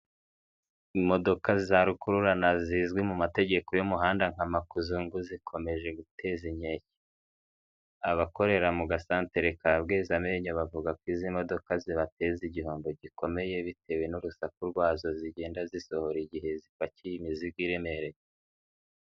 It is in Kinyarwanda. Imodoka za rukururana zizwi mu mategeko y'umuhanda nka makuzungu zikomeje guteza inkeke. Abakorera mu gasantire ka Bwezamenyo bavuga ko izi modoka zibateza igihombo gikomeye bitewe n'urusaku rwazo zigenda zisohora igihe zipakiye imizigo iremereye.